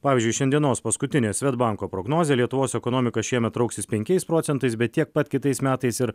pavyzdžiui šiandienos paskutinė svedbanko prognozė lietuvos ekonomika šiemet trauksis penkiais procentais bet tiek pat kitais metais ir